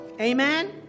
Amen